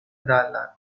dalla